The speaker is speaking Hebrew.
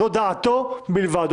זאת דעתו בלבד.